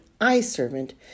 eye-servant